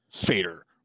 fader